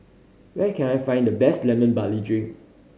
where can I find the best Lemon Barley Drink